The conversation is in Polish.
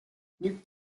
nikt